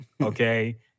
Okay